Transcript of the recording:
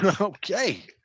Okay